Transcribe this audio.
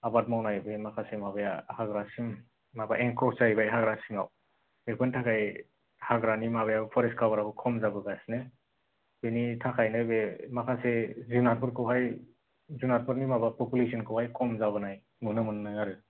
आबाद मावनायाव बे माखासे माबाया हाग्रा सिम माबा एंकस जाहैबाय हाग्रा सिङाव बेफोरनि थाखाय हाग्रानि माबाया परेस्त कभाराबो खम जाबोगासिनो बिनि थाखाय बे माखासे जेंनाफोरखौहाय जुनादफोरनि माबा पपुलेसनखौ हाय खम जाबोनाय नुनो मोनो आरो